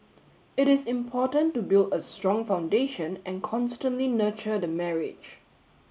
it is important to build a strong foundation and constantly nurture the marriage